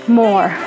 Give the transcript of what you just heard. more